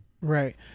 Right